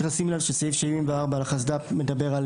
אבל צריך לשים לב שסעיף 74 לחסד"פ מדבר על